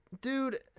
dude